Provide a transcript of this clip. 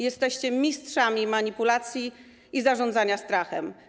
Jesteście mistrzami manipulacji i zarządzania strachem.